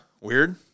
Weird